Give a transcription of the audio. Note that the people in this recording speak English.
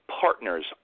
partners